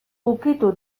ukitu